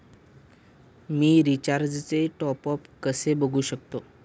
मी रिचार्जचे टॉपअप कसे बघू शकतो?